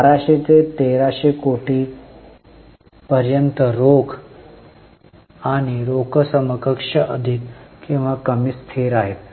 1200 ते 1300 कोटी पर्यंत रोख आणि रोख समकक्ष अधिक किंवा कमी स्थिर आहेत